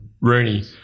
Rooney